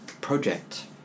project